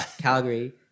Calgary